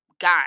guy